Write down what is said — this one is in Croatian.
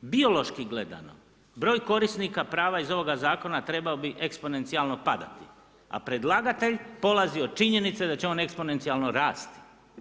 biološki gledano broj korisnika prava iz ovoga zakona trebao biti eksponencijalno padati, a predlagatelj polazi od činjenice da će on eksponencijalno rasti.